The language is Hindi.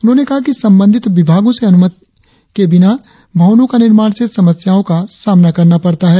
उन्होंने कहा कि संबंधित विभागों से बिना अनुमति के भवनों का निर्माण से समस्याओं का सामना करना पड़ता है